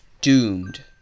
doomed